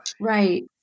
Right